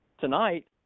tonight